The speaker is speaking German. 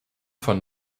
von